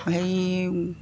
হেৰি